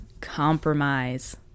Compromise